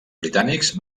britànics